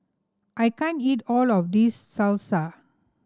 I can't eat all of this Salsa